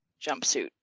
jumpsuit